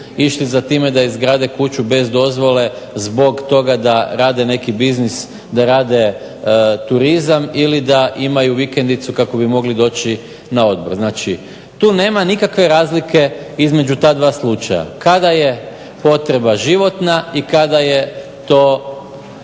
išli za time da izgrade kuću bez dozvole zbog toga da rade neki biznis, da rade turizam ili da imaju vikendicu kako bi mogli doći na odmor. Znači, tu nema nikakve razlike između ta 2 slučaja. Kada je potreba životna i kada je to